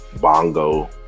bongo